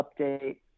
update